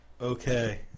Okay